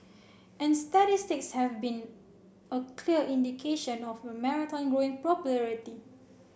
and statistics have been a clear indication of the marathon growing popularity